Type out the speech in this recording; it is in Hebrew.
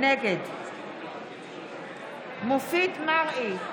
נגד מופיד מרעי,